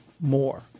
More